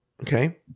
Okay